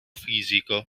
fisico